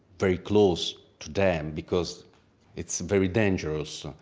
very close to them, because it's very dangerous.